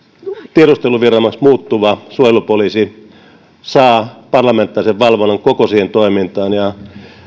tiedusteluviranomaiseksi muuttuva suojelupoliisi saa parlamentaarisen valvonnan koko siihen toimintaan ja